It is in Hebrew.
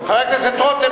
חבר הכנסת רותם,